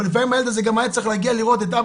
אבל לפעמים הילד הזה היה צריך להגיע לאבא,